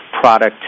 product